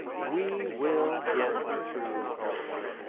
we will get through this.